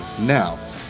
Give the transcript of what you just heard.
now